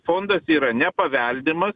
fondas yra nepaveldimas